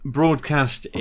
broadcast